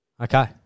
Okay